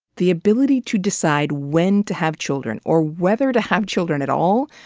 the ability to decide when to have children, or whether to have children at all,